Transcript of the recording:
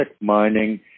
mining